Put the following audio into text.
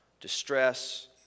distress